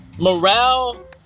Morale